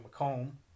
Macomb